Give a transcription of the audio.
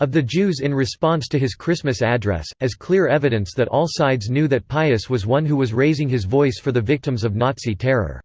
of the jews in response to his christmas address, as clear evidence that all sides knew that pius was one who was raising his voice for the victims of nazi terror.